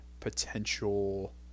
potential